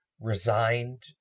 resigned